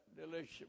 delicious